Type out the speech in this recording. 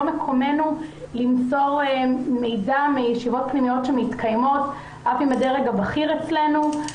מקומנו למסור מידע מישיבות פנימיות שמתקיימות אף עם הדרג הבכיר אצלנו.